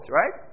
right